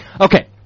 Okay